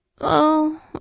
Oh